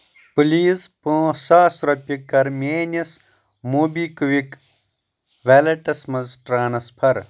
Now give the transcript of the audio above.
please پانٛژھ ساس رۄپیہِ کر میٲنِس موبی کُوِک ویلٹس مَنٛز ٹرانسفر